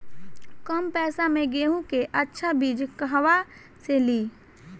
कम पैसा में गेहूं के अच्छा बिज कहवा से ली?